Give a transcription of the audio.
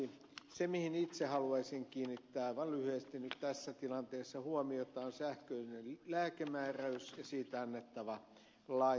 se mihin itse haluan kiinnittää aivan lyhyesti nyt tässä tilanteessa huomiota on sähköinen lääkemääräys ja siitä annettava lainmuutos